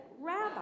Rabbi